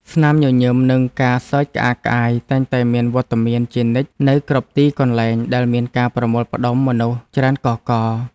ស្នាមញញឹមនិងការសើចក្អាកក្អាយតែងតែមានវត្តមានជានិច្ចនៅគ្រប់ទីកន្លែងដែលមានការប្រមូលផ្ដុំមនុស្សច្រើនកុះករ។